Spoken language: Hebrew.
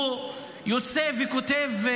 הוא יוצא וכותב: